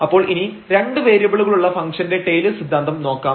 അപ്പോൾ ഇനി രണ്ട് വേരിയബിളുകളുള്ള ഫംഗ്ഷന്റെ ടെയ്ലെഴ്സ് സിദ്ധാന്തം നോക്കാം